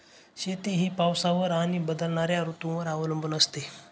शेती ही पावसावर आणि बदलणाऱ्या ऋतूंवर अवलंबून असते